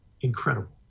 incredible